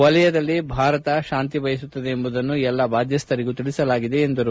ವಲಯದಲ್ಲಿ ಭಾರತ ಶಾಂತಿ ಬಯಸುತ್ತದೆ ಎಂಬುದನ್ನು ಎಲ್ಲ ಬಾಧ್ಯಸ್ಥರಿಗೂ ತಿಳಿಸಲಾಗಿದೆ ಎಂದರು